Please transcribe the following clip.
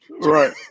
Right